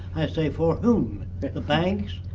i say for whom? the banks?